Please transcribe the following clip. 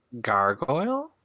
gargoyle